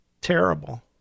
terrible